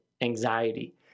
anxiety